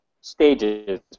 stages